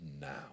now